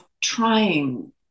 trying